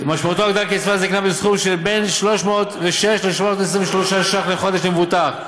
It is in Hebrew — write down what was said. ומשמעותה הגדלת קצבת הזיקנה בסכום של 306 323 ש"ח לחודש למבוטח,